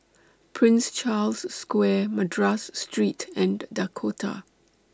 Prince Charles Square Madras Street and Dakota